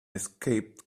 escaped